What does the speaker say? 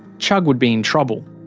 chugg would be in trouble.